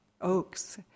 oaks